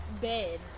bed